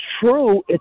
true